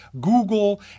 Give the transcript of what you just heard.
Google